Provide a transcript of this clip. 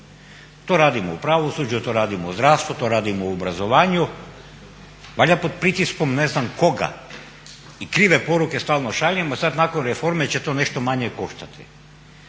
To radimo u pravosuđu, to radimo u zdravstvu, to radimo u obrazovanju. Valjda pod pritiskom ne znam koga i krive poruke stalno šaljemo, sad nakon reforme će to nešto manje koštati.